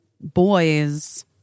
boys